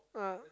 ah